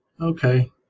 Okay